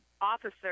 officer